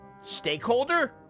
Stakeholder